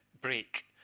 break